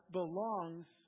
belongs